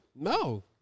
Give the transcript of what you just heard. No